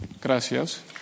gracias